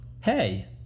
hey